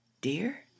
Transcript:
dear